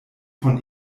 von